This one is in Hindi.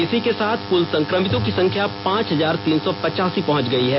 इसी के साथ कुल संकमितों की संख्या पांच हजार तीन सौ पचासी पहुंच गयी है